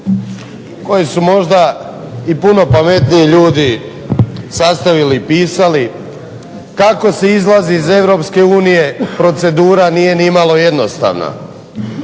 koji su možda i puno pametniji ljudi sastavili, pisali kako se izlazi iz EU, procedura nije nimalo jednostavna.